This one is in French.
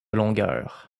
longueur